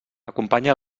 acompanya